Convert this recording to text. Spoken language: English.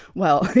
well,